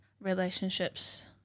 relationships